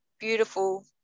beautiful